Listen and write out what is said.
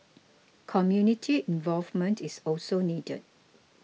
community involvement is also needed